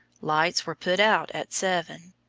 lights were put out at seven.